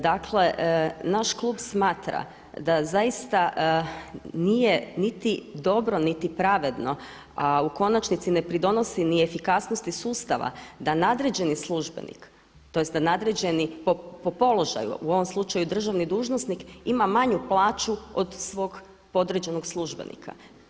Dakle, naš klub smatra da zaista nije niti dobro, niti pravedno, a u konačnici ne pridonosi ni efikasnosti sustava da nadređeni službenik, tj. da nadređeni po položaju u ovom slučaju državni dužnosnik ima manju plaću od svog podređenog službenika.